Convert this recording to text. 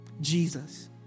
Jesus